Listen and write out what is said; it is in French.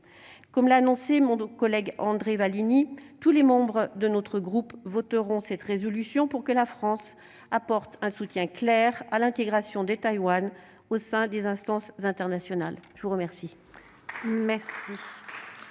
Comme l'a annoncé mon collègue André Vallini, tous les membres de notre groupe voteront cette proposition de résolution, pour que la France apporte un soutien clair à l'intégration de Taïwan au sein des instances internationales. La parole